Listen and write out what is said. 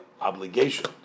obligation